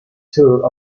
tour